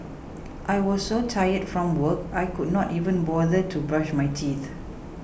I was so tired from work I could not even bother to brush my teeth